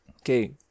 Okay